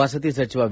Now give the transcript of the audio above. ವಸತಿ ಸಚಿವ ವಿ